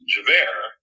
Javert